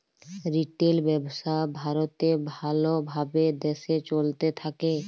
retail ব্যবসা ভারতে ভাল ভাবে দেশে চলতে থাক্যে